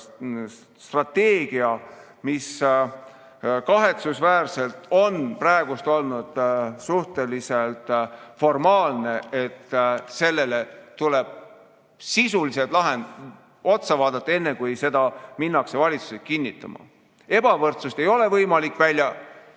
haridusstrateegia, mis kahetsusväärselt on praegu olnud suhteliselt formaalne. Sellele tuleb sisuliselt otsa vaadata, enne kui seda minnakse valitsusse kinnitama. Ebavõrdsust ei ole võimalik välja